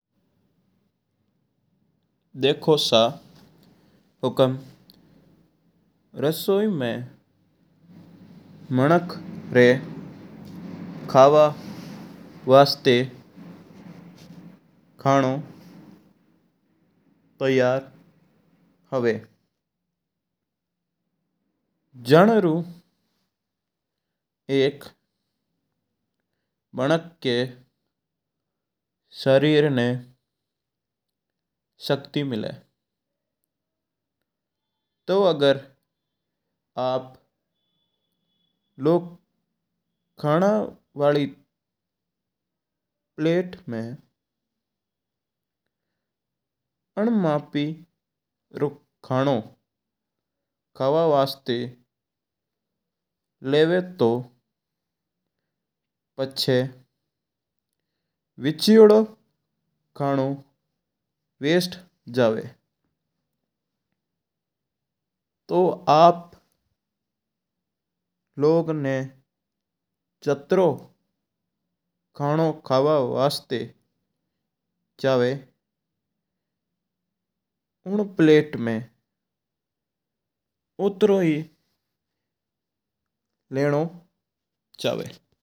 देखो सा हुकम रसोई में मणक री खावां वास्ते खाणू तैयार हूवा जनारू एक माणक री शक्ति मिला है। तू अगर आप लोग खाणा वाली प्लेट में में अन्न मापी खाणा री वास्ते लेवा तू पछा विच्छोड़ो खाणो वास्ते जावा। तू आप लोग ना जातरो खाणों खावा वास्ते चावा उन प्लेट में उतरो ही लेणो चावा।